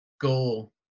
goal